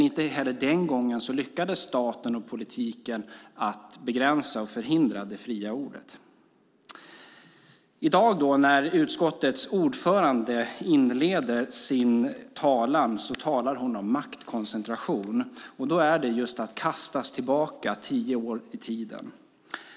Inte heller den gången lyckades staten och politiken att begränsa och förhindra det fria ordet. När utskottets ordförande i dag inleder sitt tal talar hon om maktkoncentration. Då är det just att kastas tillbaka tio år i tiden.